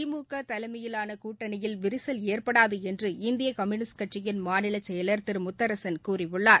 திமுக தலைமையிலான கூட்டணியில் விரிசல் ஏற்படாது என்று இந்திய கம்யுளிஸ்ட் கட்சியின் மாநில செயலர் திரு முத்தரசன் கூறியுள்ளார்